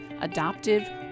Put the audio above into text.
adoptive